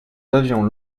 avions